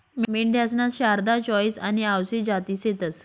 मेंढ्यासन्या शारदा, चोईस आनी आवसी जाती शेतीस